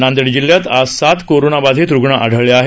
नांदेड जिल्ह्यात आज सात कोरोना बाधित रूग्ण आढळले आहेत